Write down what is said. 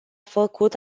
făcut